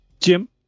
Jim